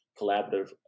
Collaborative